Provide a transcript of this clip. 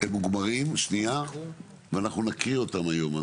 מוגמרים ואנחנו נקריא אותם היום.